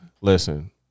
listen